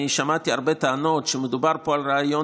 אני שמעתי הרבה טענות שמדובר פה על רעיון